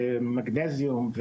ומגנזיום,